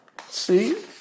See